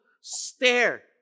stare